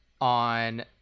on